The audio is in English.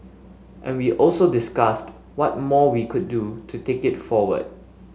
and we also discussed what more we could do to take it forward